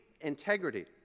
integrity